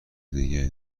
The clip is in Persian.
دیگه